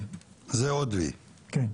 זה עוד V. כו.